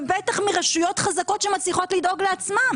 בטח לא מרשויות חזקות, שמצליחות לדאוג לעצמן.